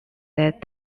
that